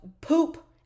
poop